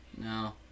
No